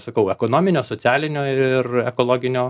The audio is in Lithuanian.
sakau ekonominio socialinio ir ekologinio